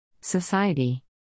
Society